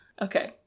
Okay